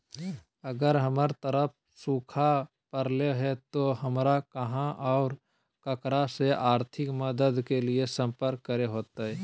अगर हमर तरफ सुखा परले है तो, हमरा कहा और ककरा से आर्थिक मदद के लिए सम्पर्क करे होतय?